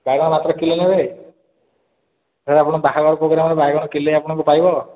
ବାଇଗଣ ମାତ୍ର କିଲୋ ନେବେ ସାର୍ ଆପଣଙ୍କ ବାହାଘର ପ୍ରୋଗ୍ରାମ୍ରେ ବାଇଗଣ କିଲୋ ଆପଣଙ୍କୁ ପାଇବ